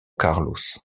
carlos